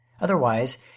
Otherwise